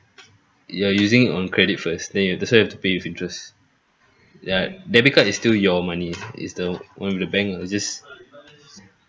you are using on credit first then you that's why you have to pay with interest ya debit card is still your money is the one with the bank lah it just